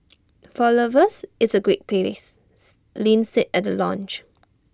for lovers it's A great places Lin said at the launch